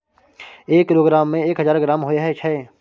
एक किलोग्राम में एक हजार ग्राम होय छै